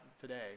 today